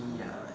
ya